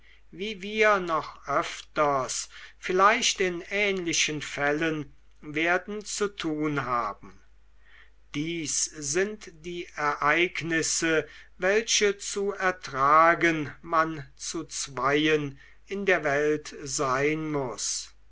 wie wir noch öfters vielleicht in ähnlichen fällen werden zu tun haben dies sind die ereignisse welche zu ertragen man zu zweien in der welt sein muß